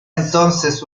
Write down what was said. entonces